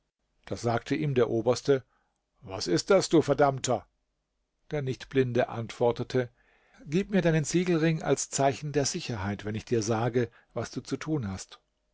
da sagte ihm der oberste was ist das du verdammter der nichtblinde antwortete gib mir deinen siegelring als zeichen der sicherheit wenn ich dir sage was du zu tun hast